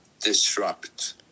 disrupt